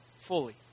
fully